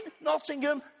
Nottingham